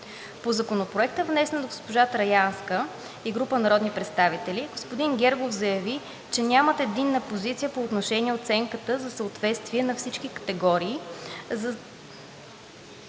По Законопроекта, внесен от госпожа Траянска и група народни представители, господин Гергов заяви, че нямат единна позиция по отношение оценката за съответствие за всички категории